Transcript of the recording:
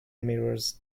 mirrors